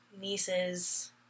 nieces